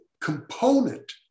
component